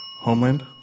Homeland